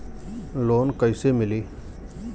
Loan कईसे मिली?